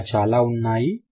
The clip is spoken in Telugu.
ఇంకా చాలా ఉన్నాయి